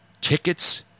Tickets